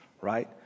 right